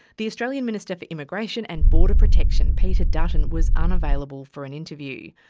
the australian minister for immigration and border protection peter dutton was unavailable for an interview.